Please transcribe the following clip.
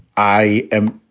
i am